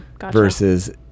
versus